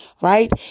right